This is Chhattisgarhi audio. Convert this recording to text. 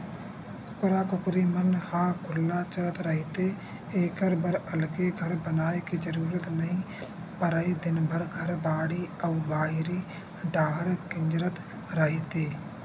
कुकरा कुकरी मन ह खुल्ला चरत रहिथे एखर बर अलगे घर बनाए के जरूरत नइ परय दिनभर घर, बाड़ी अउ बाहिर डाहर किंजरत रहिथे